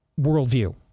worldview